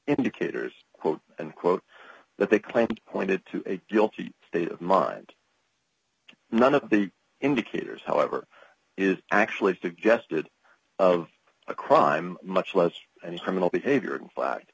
indicators quote unquote that they claimed pointed to a guilty state of mind none of the indicators however is actually suggested of a crime much less any criminal behavior in fact